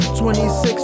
26